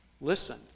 Listen